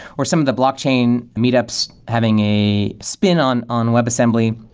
or some of the blockchain meetups having a spin on on webassembly,